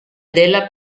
della